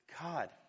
God